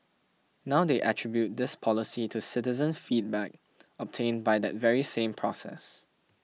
now they attribute this policy to citizen feedback obtained by that very same process